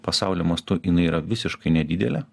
pasaulio mastu jinai yra visiškai nedidelė